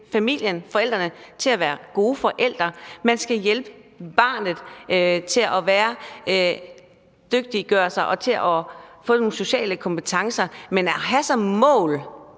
familien, altså forældrene til at være gode forældre; man skal hjælpe barnet til at dygtiggøre sig og til at få nogle sociale kompetencer. Men at have som mål,